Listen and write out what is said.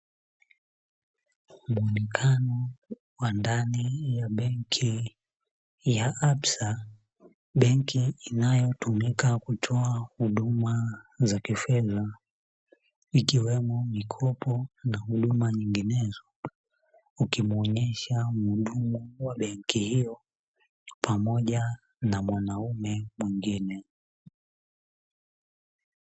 Muonekano wa ndani ya benki ya 'absa benki' inayotumika kutoa huduma za kifedha ikiwemo mikopo na huduma nyinginezo, ukimuonesha mhudumu wa benki hiyo pamoja na mwanaume mwingine.